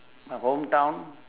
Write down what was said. my hometown